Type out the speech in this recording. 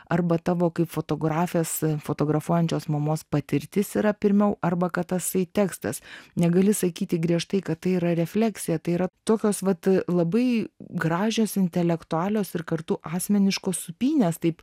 arba tavo kaip fotografės fotografuojančios mamos patirtis yra pirmiau arba kad tasai tekstas negali sakyti griežtai kad tai yra refleksija tai yra tokios vat labai gražios intelektualios ir kartu asmeniškos sūpynės taip